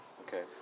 Okay